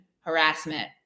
harassment